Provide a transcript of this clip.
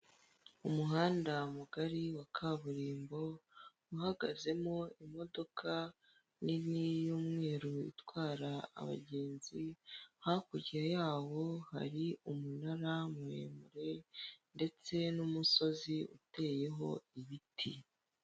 Umuhanda mugari wa kaburimbo uhagazemo imodoka nini y'umweru itwara abagenzi, hakurya yawo hari umunara muremure ndetse na umusozi uteyeho ibiti.